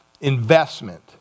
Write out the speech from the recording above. investment